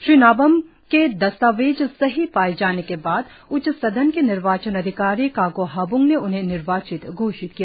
श्री नाबाम के दस्तावेज़ सही पाए जाने के बाद उच्च सदन के निर्वाचन अधिकारी कागो हाब्ंग ने उन्हें निर्वाचित घोषित किया